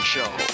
Show